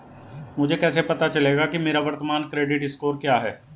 मुझे कैसे पता चलेगा कि मेरा वर्तमान क्रेडिट स्कोर क्या है?